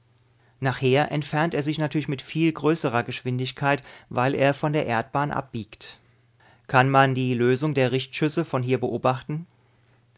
nachher entfernt er sich natürlich mit viel größerer geschwindigkeit weil er von der erdbahn abbiegt kann man die lösung der richtschüsse von hier beobachten